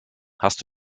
hast